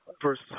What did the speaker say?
First